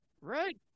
right